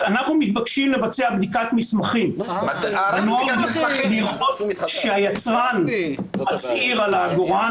אנחנו מתבקשים לבצע בדיקת מסמכים כדי לראות שהיצרן מצהיר על העגורן.